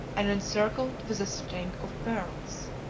and encircled with a string of pearls.